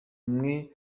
mwe